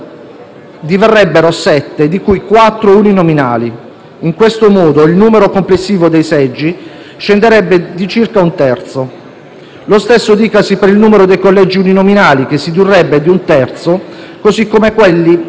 Lo stesso dicasi per il numero dei collegi uninominali, che si ridurrebbe di un terzo, così come quelli della parte proporzionale. Tuttavia, la quota del 55 per cento dei seggi assegnati in collegi uninominali eccezionalmente riconosciuta